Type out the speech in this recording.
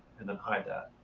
and then hide that.